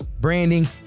branding